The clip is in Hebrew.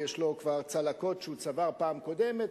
יש לו כבר צלקות שהוא צבר בפעם הקודמת,